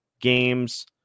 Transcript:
games